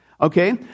Okay